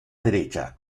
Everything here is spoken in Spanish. derecha